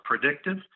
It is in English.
predictive